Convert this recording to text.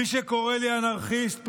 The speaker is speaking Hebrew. מי שקורא לי "אנרכיסט פריבילג"